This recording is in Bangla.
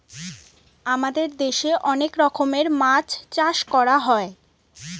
আমাদের দেশে অনেক রকমের মাছ চাষ করা হয়